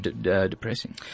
depressing